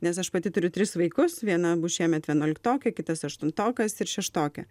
nes aš pati turiu tris vaikus viena bus šiemet vienuoliktokė kitas aštuntokas ir šeštokė